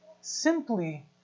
Simply